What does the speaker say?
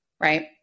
Right